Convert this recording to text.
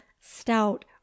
stout